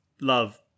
love